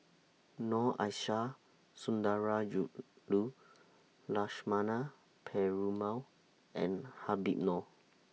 Noor Aishah Sundarajulu Lakshmana Perumal and Habib Noh